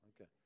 Okay